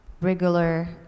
regular